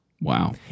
Wow